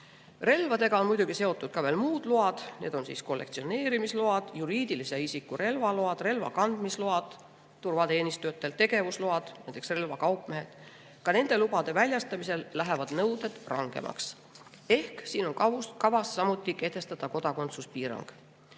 Relvadega on muidugi seotud veel muud load, need on kollektsioneerimisload, juriidilise isiku relvaload, relvakandmisload, turvateenistujate tegevusload, samuti relvakaupmeestel. Ka nende lubade väljastamisel lähevad nõuded rangemaks. Siin on kavas samuti kehtestada kodakondsuspiirang.